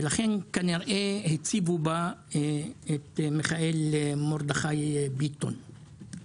לכן כנראה הציבו בה את מיכאל מרדכי ביטחון.